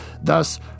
thus